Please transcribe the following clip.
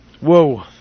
Whoa